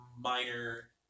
minor